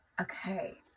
Okay